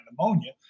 pneumonia